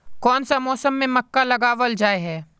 कोन सा मौसम में मक्का लगावल जाय है?